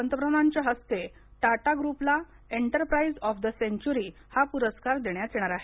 यावेळी पंतप्रधानांच्या हस्ते टाटा ग्रुपला एंटरप्राईज ऑफ द सेंचुरी हा पुरस्कार देण्यात येणार आहे